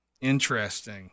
Interesting